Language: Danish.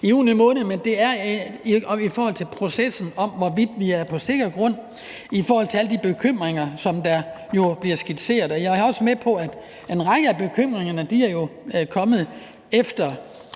i juni måned, og det handler om processen og om, hvorvidt vi er på sikker grund i forhold til alle de bekymringer, som der jo bliver skitseret. Jeg er også med på, at en række af bekymringerne er kommet, efter